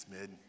mid